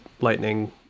lightning